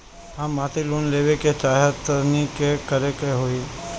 हम मासिक लोन लेवे के चाह तानि का करे के होई?